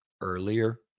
earlier